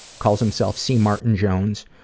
calls himself c martin jones,